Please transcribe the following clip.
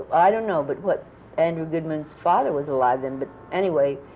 i don't know, but what andrew goodman's father was alive then. but anyway,